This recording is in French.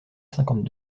cinquante